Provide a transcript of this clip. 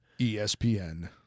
ESPN